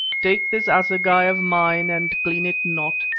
take this assegai of mine and clean it not,